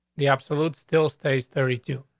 the absolute still stays thirty two.